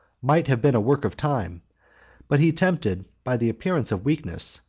might have been a work of time but he tempted, by the appearance of weakness,